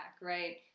Right